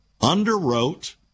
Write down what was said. underwrote